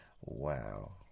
wow